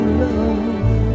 love